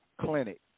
clinic